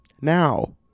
now